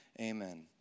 amen